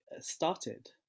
started